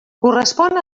correspon